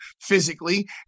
physically